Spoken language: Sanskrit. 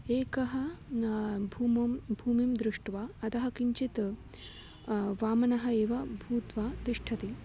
एकः भूमिं भूमिं दृष्ट्वा अधः किञ्चित् वामनः एव भूत्वा तिष्ठति